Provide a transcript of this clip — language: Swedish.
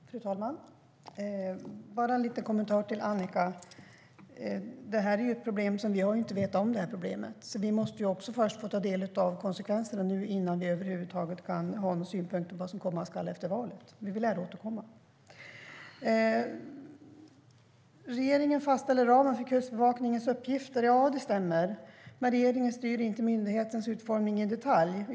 Fru talman! Jag har bara en liten kommentar till Annicka. Det här är ett problem som vi inte har vetat om. Vi måste först få ta del av konsekvenserna innan vi över huvud taget kan ha några synpunkter på vad som komma ska efter valet. Vi lär återkomma. Regeringen fastställer ramen för Kustbevakningens uppgifter - ja, det stämmer. Men regeringen styr inte myndighetens utformning i detalj.